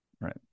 Right